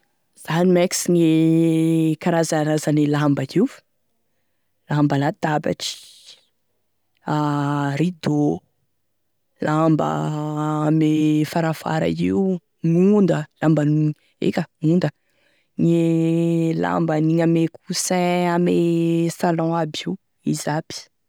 Zany mein ka sy gne karazarazany gne lamba io, lamba latabatry, rideau, lamba ame farafara io, gn'onda, lamba ame, eka gn'onda, gne lamba hanigny ame coussin aby io, izy aby.